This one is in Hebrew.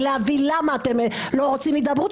למה אתם לא רוצים הידברות?